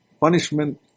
punishment